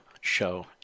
show